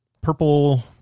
purple